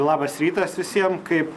labas rytas visiem kaip